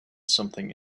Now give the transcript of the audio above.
something